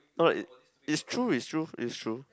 not it is true is truth is true